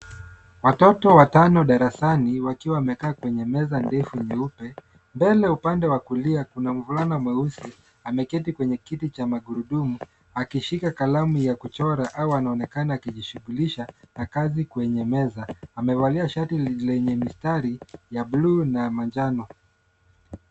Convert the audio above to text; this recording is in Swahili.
Watoto watano darasani wakiwa wamekaa kwenye meza ndefu nyeupe. Mbele upande wa kulia, kuna mvulana mweusi ameketi kwenye kiti cha magurudumu, akishika kalamu ya kuchora au anaonekana akijishughulisha na kazi kwenye meza. Amevalia shati lenye mistari ya bluu na manjano.